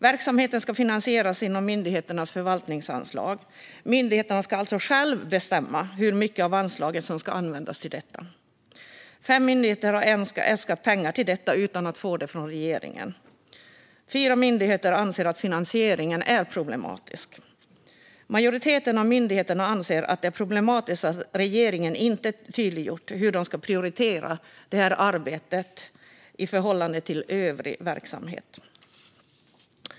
Verksamheten ska finansieras inom myndigheternas förvaltningsanslag. Myndigheterna ska alltså själva bestämma hur mycket av anslaget som ska användas till detta. Fem myndigheter har äskat pengar till detta utan att få det från regeringen. Fyra myndigheter anser att finansieringen är problematisk. Majoriteten av myndigheterna anser att det är problematiskt att regeringen inte tydliggjort hur de ska prioritera detta arbete i förhållande till övrig verksamhet.